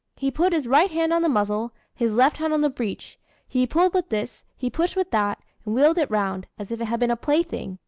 he put his right hand on the muzzle, his left hand on the breach he pulled with this, he pushed with that, and wheeled it round, as if it had been a plaything.